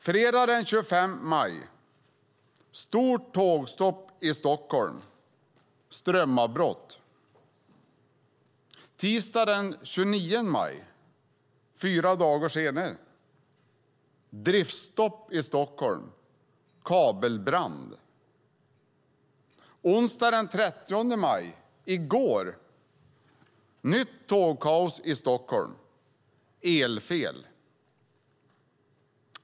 Fredagen den 25 maj: Stort tågstopp i Stockholm - strömavbrott. Tisdagen den 29 maj, fyra dagar senare: Driftstopp i Stockholm - kabelbrand. Onsdagen den 30 maj, i går: Nytt tågkaos i Stockholm - elfel.